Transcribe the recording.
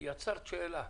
יצרת שאלה.